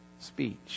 speech